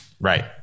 Right